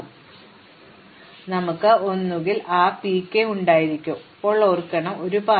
അതിനാൽ നമുക്ക് ഒന്നുകിൽ ആ പി കെ ഉണ്ടായിരിക്കാം ഞാൻ ഇപ്പോൾ ഓർക്കണം ഇത് ഒരു പാതയല്ല പാതയല്ല